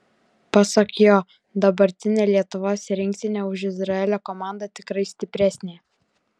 pasak jo dabartinė lietuvos rinktinė už izraelio komandą tikrai stipresnė